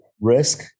risk